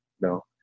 no